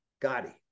Gotti